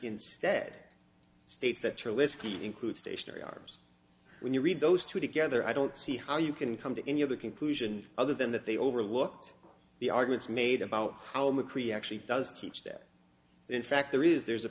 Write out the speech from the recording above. instead states that your list be include stationary arms when you read those two together i don't see how you can come to any other conclusion other than that they overlooked the arguments made about how mccready actually does teach that in fact there is there's a